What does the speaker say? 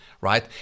right